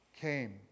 came